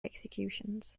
executions